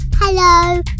Hello